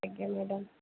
ଆଜ୍ଞା ମ୍ୟାଡ଼ାମ୍